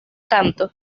canto